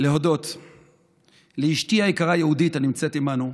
להודות לאשתי היקרה יהודית, הנמצאת עימנו,